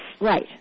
Right